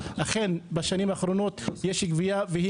אכן בשנים האחרונות יש גבייה והיא